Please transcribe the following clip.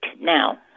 now